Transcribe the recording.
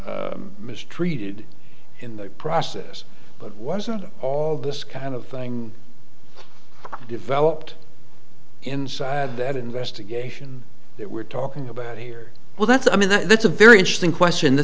mistreated in the process but wasn't all this kind of thing developed in that investigation that we're talking about here well that's i mean that's a very interesting question the